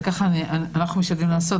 וככה אנחנו משתדלים לעשות.